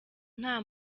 nta